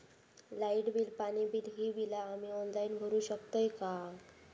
Light bill, पाणी bill, ही बिला आम्ही ऑनलाइन भरू शकतय का?